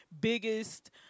biggest